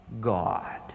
God